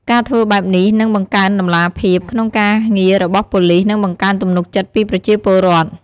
ការធ្វើបែបនេះនឹង បង្កើនតម្លាភាព ក្នុងការងាររបស់ប៉ូលិស និង បង្កើនទំនុកចិត្តពីប្រជាពលរដ្ឋ។